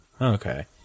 Okay